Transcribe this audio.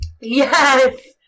Yes